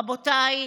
רבותיי,